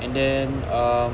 and then um